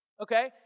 Okay